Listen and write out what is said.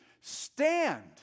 Stand